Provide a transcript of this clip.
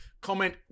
comment